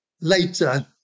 later